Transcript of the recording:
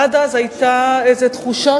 עד אז היתה איזו תחושה,